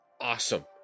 awesome